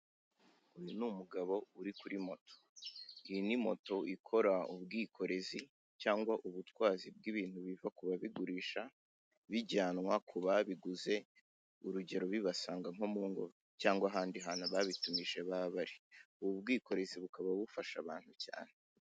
Uyu ni umugabo uri kuri moto ni moto ikora ubwikorezi cyangwa ubutwazi bw'ibintu biva ku babigurisha bijyanwa ku babiguze, urugero: bibasanga nko mu ngo cyangwa ahandi hantu babitumije, baba bari ubu bwikorezi bukaba bufasha abantu cyane.